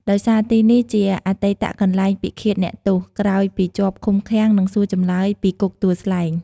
ដោយសារទីនេះជាអតីតកន្លែងពិឃាតអ្នកទោស ក្រោយពីជាប់ឃុំឃាំង និងសួរចម្លើយពីគុកទួលស្លែង។